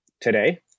today